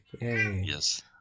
Yes